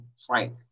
Frank